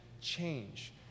change